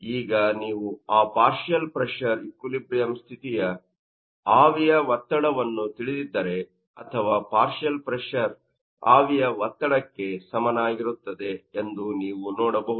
ಈಗ ನೀವು ಆ ಪಾರ್ಷಿಯಲ್ ಪ್ರೆಶರ್ ಈಕ್ವಿಲಿಬ್ರಿಯಮ್ ಸ್ಥಿತಿಯ ಆವಿಯ ಒತ್ತಡವನ್ನು ತಿಳಿದಿದ್ದರೆ ಅಥವಾ ಪಾರ್ಷಿಯಲ್ ಪ್ರೆಶರ್ ಆವಿಯ ಒತ್ತಡಕ್ಕೆ ಸಮನಾಗಿರುತ್ತದೆ ಎಂದು ನೀವು ನೋಡಬಹುದು